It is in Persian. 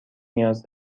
نیاز